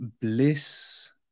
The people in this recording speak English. Bliss